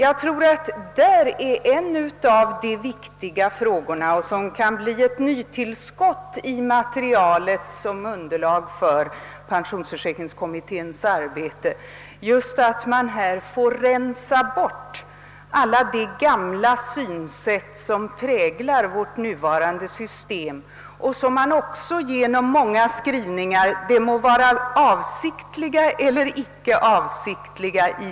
Här finner vi en av de viktiga frågorna, som kan bli ett nytillskott till underlaget för pensionsförsäkringskommitténs arbete — just att alla de gamla synsätt kan rensas bort som präglar vårt nuvarande system och som man också kan spåra i många skrivningar i direktiven, de må vara avsiktliga eller icke avsiktliga.